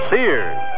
Sears